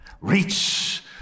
reach